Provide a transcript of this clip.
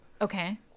Okay